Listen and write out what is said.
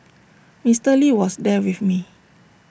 Mister lee was there with me